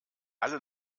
alle